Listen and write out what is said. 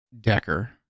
Decker